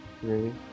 three